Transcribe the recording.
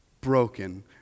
broken